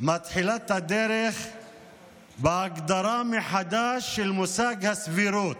מתחילה את הדרך בהגדרה מחדש של מושג הסבירות.